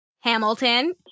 Hamilton